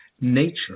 nature